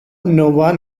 nova